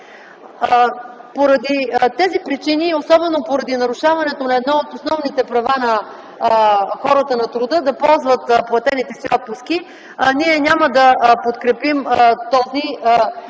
Поради тези причини и особено поради нарушаването на едно от основните права на хората на труда – да ползват платените си отпуски, ние няма да подкрепим този законопроект.